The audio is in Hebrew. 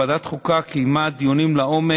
ועדת החוקה קיימה דיונים לעומק,